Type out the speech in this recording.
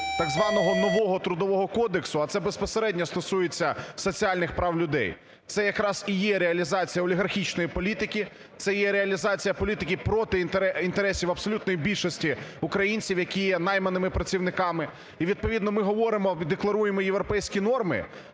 так званого нового Трудового кодексу, а це безпосередньо стосується соціальних прав людей, це якраз і є реалізація олігархічної політики, це є реалізація політики проти інтересів абсолютної більшості українців, які є найманими працівниками. І, відповідно, ми говоримо і декларуємо європейські норми,